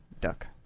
duck